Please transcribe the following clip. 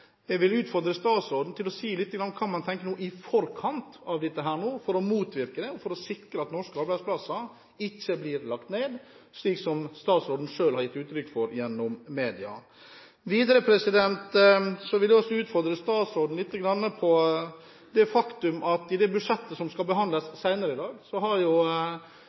jeg vil utfordre statsråden til å si litt om hva man nå tenker i forkant, for å motvirke dette og sikre at norske arbeidsplasser ikke blir lagt ned, slik som statsråden selv har gitt uttrykk for gjennom media. Videre vil jeg utfordre statsråden litt på det faktum at i innstillingen til det budsjettet som skal behandles senere i dag, har